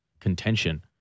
contention